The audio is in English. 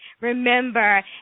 remember